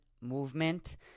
movement